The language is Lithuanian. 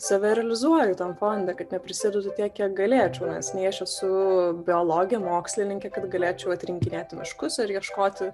save realizuoju tam fonde kad neprisidedu tiek kiek galėčiau nei aš esu biologė mokslininkė kad galėčiau atrinkinėti miškus ar ieškoti